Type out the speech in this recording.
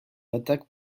attaque